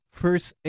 first